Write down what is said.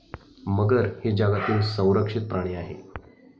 मगर ही जगातील संरक्षित प्राणी आहे